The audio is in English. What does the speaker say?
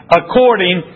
according